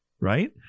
right